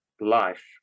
life